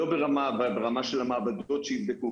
לא ברמה של המעבדות שיבדקו,